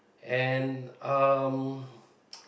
and um